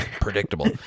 predictable